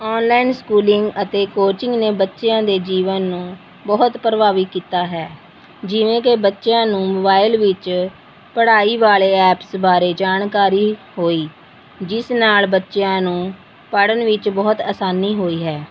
online schooling ਅਤੇ coaching ਨੇ ਬੱਚਿਆਂ ਦੇ ਜੀਵਨ ਨੂੰ ਬਹੁਤ ਪ੍ਰਭਾਵਿਤ ਕੀਤਾ ਹੈ ਜਿਵੇਂ ਕਿ ਬੱਚਿਆਂ ਨੂੰ ਮੋਬਾਇਲ ਵਿੱਚ ਪੜ੍ਹਾਈ ਵਾਲੇ ਐਪਸ ਬਾਰੇ ਜਾਣਕਾਰੀ ਹੋਈ ਜਿਸ ਨਾਲ ਬੱਚਿਆਂ ਨੂੰ ਪੜ੍ਹਨ ਵਿੱਚ ਬਹੁਤ ਆਸਾਨੀ ਹੋਈ ਹੈ